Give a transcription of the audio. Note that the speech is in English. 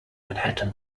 manhattan